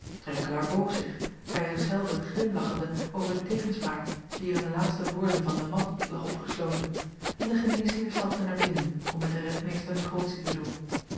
renkelaer boog zich bij zich zelven glimlachende over de tegenspraak die er in de laatste woorden van e at lag opgesloten en de geneesheer stapte naar binnen om met den rentmeester negotie te doen